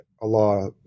Allah